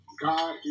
God